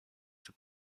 czy